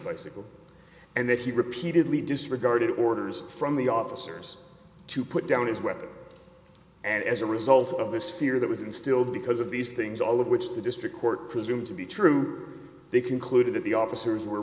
bicycle and that he repeatedly disregarded orders from the officers to put down his weapon and as a result of this fear that was instilled because of these things all of which the district court presumed to be true they concluded that the officers were